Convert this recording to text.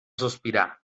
sospirar